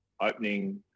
opening